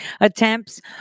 attempts